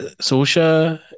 social